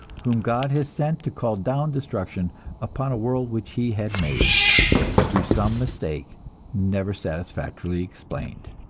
whom god has sent to call down destruction upon a world which he had made through some mistake never satisfactorily explained!